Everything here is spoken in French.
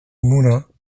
moulins